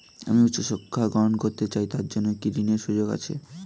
আমি উচ্চ শিক্ষা গ্রহণ করতে চাই তার জন্য কি ঋনের সুযোগ আছে?